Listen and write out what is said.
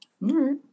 right